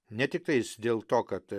ne tiktais dėl to kad